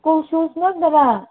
school ꯁꯨꯁ ꯉꯥꯛꯇꯔꯥ